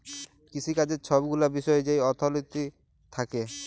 কিসিকাজের ছব গুলা বিষয় যেই অথ্থলিতি থ্যাকে